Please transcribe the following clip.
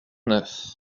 neuf